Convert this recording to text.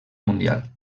mundial